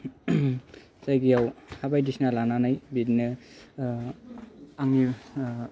जायगायाव हा बायदिसिना लानानै बिदिनो आंनि